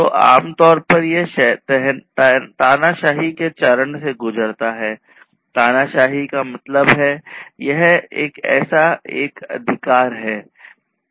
तो यह आमतौर पर तानाशाही के एक चरण से गुजरता है तानाशाही का मतलब है जैसे यह एक तरह का एकाधिकार है